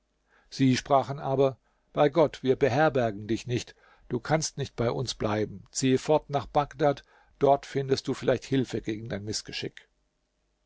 sie sprachen aber bei gott wir beherbergen dich nicht du kannst nicht bei uns bleiben ziehe fort nach bagdad dort findest du vielleicht hilfe gegen dein mißgeschick